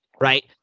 right